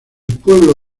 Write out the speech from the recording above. pueblo